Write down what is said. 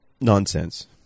nonsense